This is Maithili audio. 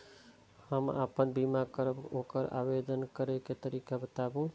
हम आपन बीमा करब ओकर आवेदन करै के तरीका बताबु?